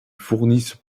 fournissent